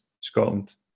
Scotland